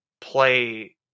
play